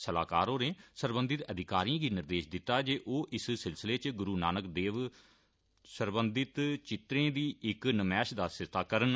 सलाहकार होरें सरबंधित अधिकारियें गी निर्देश दिता जे ओ इस सिलसिले च गुरुनानक देव सरबंधित चित्रे दी इक नमैश दा सरिस्ता करन